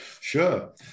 Sure